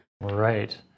Right